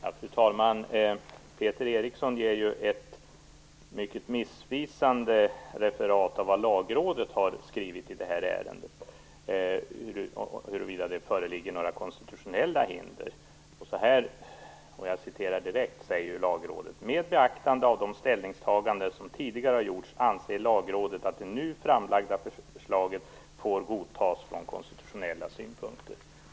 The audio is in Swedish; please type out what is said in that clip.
Fru talman! Peter Eriksson ger ett mycket missvisande referat av vad Lagrådet har skrivit i det här ärendet om huruvida det föreligger några konstitutionella hinder. Lagrådet säger att med beaktande av de ställningstaganden som tidigare gjorts anser Lagrådet att det nu framlagda förslaget får godtas från konstitutionella synpunkter.